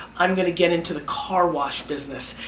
i'm gonna get into the car wash business.